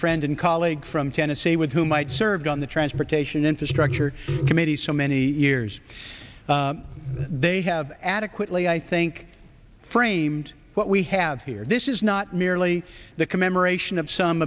friend and colleague from tennessee wood who might served on the transportation infrastructure committee so many years they have adequately i think framed what we have here this is not merely the commemoration of some